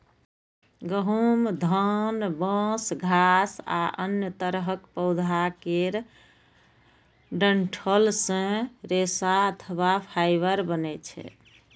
गहूम, धान, बांस, घास आ अन्य तरहक पौधा केर डंठल सं रेशा अथवा फाइबर बनै छै